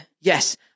Yes